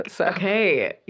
Okay